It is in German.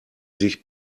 sich